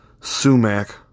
sumac